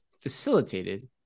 facilitated